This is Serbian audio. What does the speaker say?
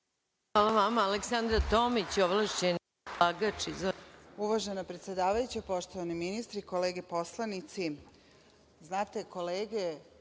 Hvala vama. Aleksandra Tomić, ovlašćeni predlagač.